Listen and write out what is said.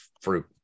fruit